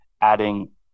adding